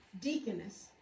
Deaconess